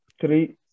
Three